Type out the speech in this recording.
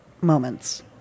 moments